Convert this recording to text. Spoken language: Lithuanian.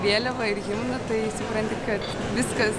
vėliavą ir himną tai supranti kad viskas